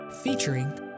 featuring